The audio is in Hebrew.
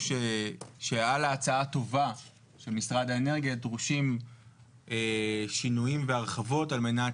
שעל ההצעה הטובה של משרד האנרגיה דרושים שינויים והרחבות על מנת